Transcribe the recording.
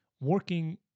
working